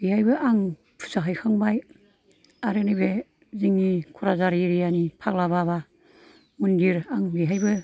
बेहायबो आं फुजा हैखांबाय आरो नैबे जोंनि क'क्राझार एरियाना फाग्ला बाबा मन्दिर आं बेहायबो